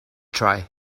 try